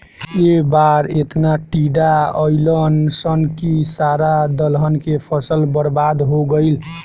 ए बार एतना टिड्डा अईलन सन की सारा दलहन के फसल बर्बाद हो गईल